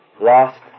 lost